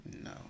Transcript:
No